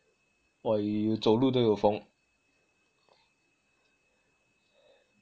!wah! you 走路都有风